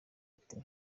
ati